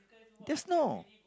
there's no